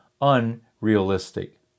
unrealistic